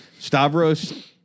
Stavros